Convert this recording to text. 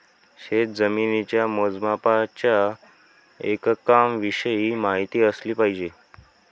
शेतजमिनीच्या मोजमापाच्या एककांविषयी माहिती असली पाहिजे